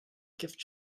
gift